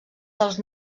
dels